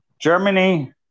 Germany